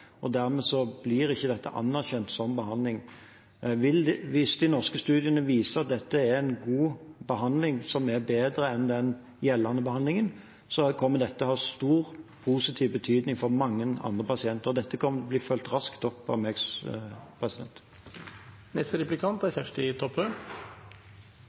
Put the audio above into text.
Dermed blir det ikke anerkjent som behandling. Hvis de norske studiene viser at dette er en god behandling, og bedre enn den gjeldende behandlingen, kommer det til å ha stor positiv betydning for mange andre pasienter. Dette kommer til å bli fulgt raskt opp av